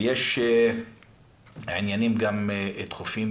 ויש עניינים דחופים,